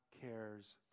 cares